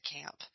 camp